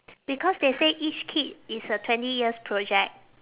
because they say each kid is a twenty years project